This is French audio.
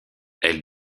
elle